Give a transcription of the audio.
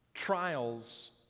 Trials